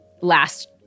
last